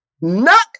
knock